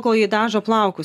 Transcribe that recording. kol ji dažo plaukus